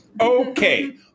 okay